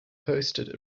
hosted